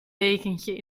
dekentje